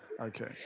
Okay